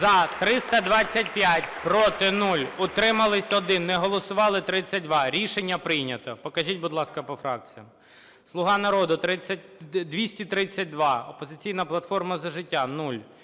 За – 325, проти – 0, утрималося – 1, не голосували – 32. Рішення прийнято. Покажіть, будь ласка, по фракціях. "Слуга народу" – 232, "Опозиційна платформа – За життя" – 0,